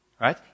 Right